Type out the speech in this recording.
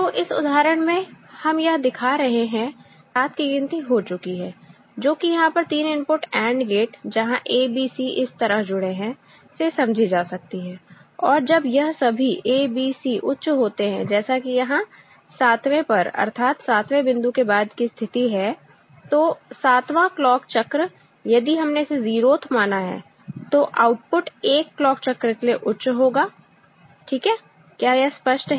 तो इस उदाहरण में हम यह दिखा रहे हैं कि सात की गिनती हो चुकी है जो कि यहां पर तीन इनपुट AND गेट जहां A B C इस तरह जुड़े हैं से समझी जा सकती है और जब यह सभी A B C उच्च होते हैं जैसा कि यहां सातवें पर अर्थात सातवें बिंदु के बाद की स्थिति है तो सातवा क्लॉक चक्र यदि हमने इसे 0th माना है तो आउटपुट एक क्लॉक चक्र के लिए उच्च होगा क्या यह स्पष्ट है